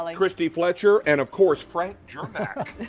like kristie fletcher, and of course frank germack